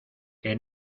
que